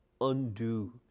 undo